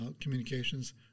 communications